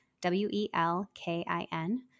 W-E-L-K-I-N